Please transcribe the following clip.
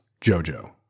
Jojo